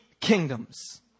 kingdoms